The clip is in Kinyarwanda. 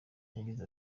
yagize